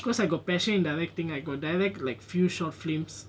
cause I got passion in directing I got direct like few short films